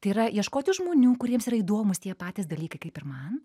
tai yra ieškoti žmonių kuriems yra įdomūs tie patys dalykai kaip ir man